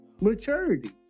maturity